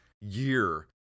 year